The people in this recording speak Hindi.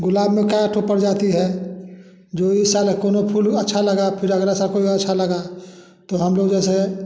गुलाब में काटें पड़ जाते हैं जो इस साल एको फूल अच्छा लगा फिर अगले साल कोई और अच्छा लगा तो हम लोग जैसे